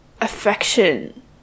affection